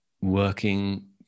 working